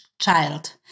child